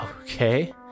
Okay